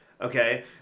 okay